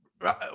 Right